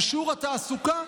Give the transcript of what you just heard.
ושיעור התעסוקה,